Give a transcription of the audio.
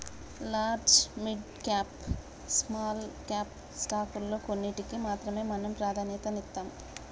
large, mid cap, small cap స్టాకుల్లో కొన్నిటికి మాత్రమే మనం ప్రాధన్యతనిత్తాం